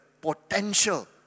potential